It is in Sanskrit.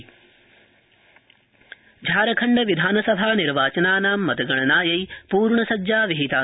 झारखंड झारखंड विधानसभा निर्वाचनस्य मतगणनायै पूर्णसज्जा विहिता